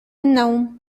النوم